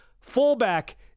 fullback